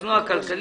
חוסנו הכלכלי,